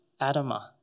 Adama